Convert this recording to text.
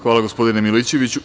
Hvala, gospodine Milićeviću.